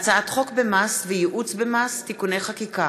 הצעת חוק במס וייעוץ במס (תיקוני חקיקה)